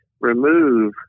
remove